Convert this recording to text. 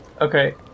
Okay